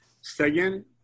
Second